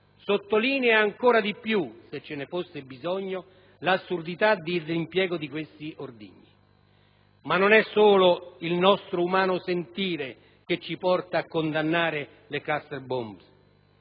sottolinea ancora di più, se ce ne fosse bisogno, l'assurdità dell'impiego di questi ordigni. Non è solo il nostro umano sentire che ci porta a condannare le *cluster bomb*,